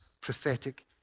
prophetic